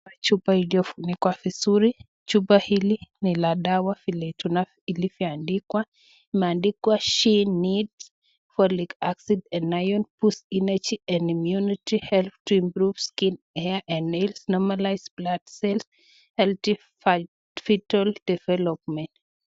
Chupa iliyofunikwa vizuri. Chupa hili ni la dawa feli tuna ilivyoandikwa. Imeandikwa She needs Folic Acid and Iron Boost Energy and Immunity Help to improve skin, hair and nails. Normalize blood cells. Healthy fetal development .